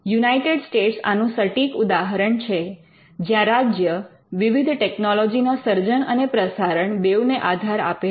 United States આનું સટીક ઉદાહરણ છે જ્યાં રાજ્ય વિવિધ ટેકનોલોજી ના સર્જન અને પ્રસારણ બેઉ ને આધાર આપે છે